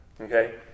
Okay